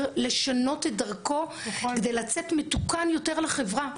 לשנות את דרכו כדי לצאת מתוקן יותר לחברה.